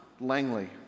Langley